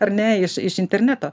ar ne iš iš interneto